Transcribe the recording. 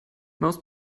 most